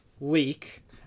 leak